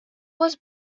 was